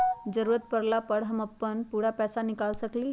जरूरत परला पर हम अपन पूरा पैसा निकाल सकली ह का?